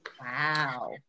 wow